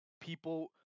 people